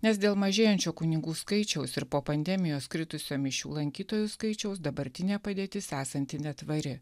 nes dėl mažėjančio kunigų skaičiaus ir po pandemijos kritusio mišių lankytojų skaičiaus dabartinė padėtis esanti netvari